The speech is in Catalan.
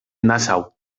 nassau